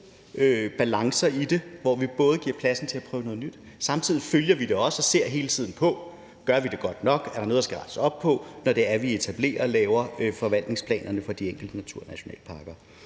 balancer i det, hvor vi både giver pladsen til at prøve noget nyt. Samtidig følger vi det også og ser hele tiden på, om vi gør det godt nok, og om der er noget, der skal rettes op på, når vi etablerer og laver forvaltningsplanerne for de enkelte naturnationalparker.